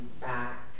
back